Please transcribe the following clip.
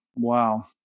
Wow